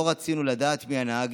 לא רצינו לדעת מי הנהג.